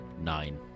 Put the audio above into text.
Nine